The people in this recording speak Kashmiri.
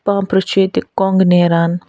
پامپرٕ چھِ ییٚتہِ کۄنٛگ نٮ۪ران